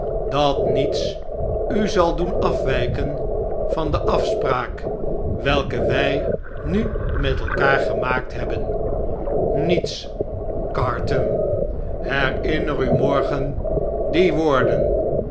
dat niets u zal doen afwjjken van de afspraak welke wy nu met elkaar gemaakt hebben mets carton herinner u morgen die woorden